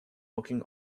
looking